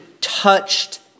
touched